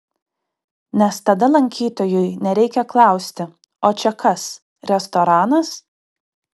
nes tada lankytojui nereikia klausti o čia kas restoranas